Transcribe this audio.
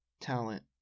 talent